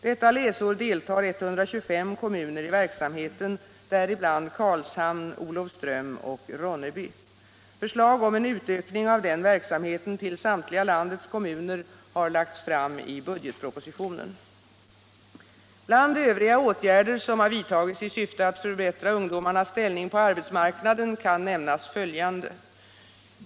Detta läsår deltar 125 kommuner i verksamheten, däribland Karlshamn, Olofström och Ronneby. Förslag om en utökning av denna verksamhet till samtliga landets kommuner har lagts fram i budgetpropositionen. Bland övriga åtgärder som har vidtagits i syfte att förbättra ungdomarnas ställning på arbetsmarknaden kan nämnas följande.